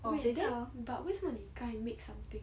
oh eh then but 为什么你刚才 make something